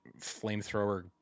flamethrower